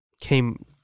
came